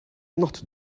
not